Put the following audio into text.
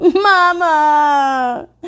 Mama